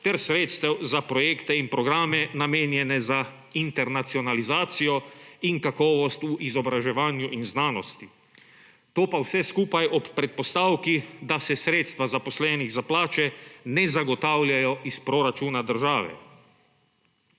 ter sredstev za projekte in programe, namenjene za internacionalizacijo in kakovost v izobraževanju in znanosti. To pa vse skupaj ob predpostavki, da se sredstva zaposlenih za plače ne zagotavljajo iz proračuna države.